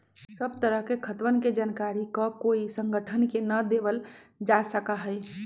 सब तरह के खातवन के जानकारी ककोई संगठन के ना देवल जा सका हई